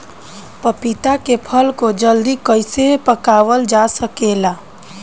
पपिता के फल को जल्दी कइसे पकावल जा सकेला?